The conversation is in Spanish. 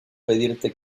pedirte